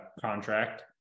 contract